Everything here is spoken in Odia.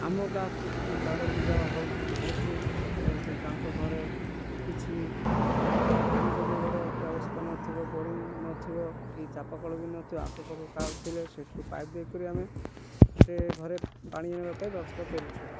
ଆମ ଗାଁକୁ ଯଦି କାହାର ବିବାହ ହଉ ହେଉଛି ହେଲେ ଯେ ତାଙ୍କ ଘରେ କିଛି ପାଣି ଯୋଗେଇବାର ବ୍ୟବସ୍ଥା ନଥିବ ବୋରିଂ ନଥିବ କି ଚାପ କଳ ବି ନଥିବ ଆଖପାଖ କା ଘର ଥିଲେ ସେଇଠୁ ପାଇପ୍ ଦେଇକରି ଆମେ ସେ ଘରେ ପାଣି ଆଣିବା ପାଇଁ ବ୍ୟବସ୍ଥା କରୁଛୁ